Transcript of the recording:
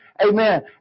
Amen